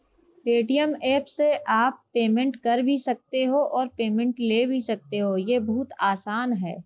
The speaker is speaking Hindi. पेटीएम ऐप से आप पेमेंट कर भी सकते हो और पेमेंट ले भी सकते हो, ये बहुत आसान है